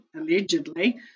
allegedly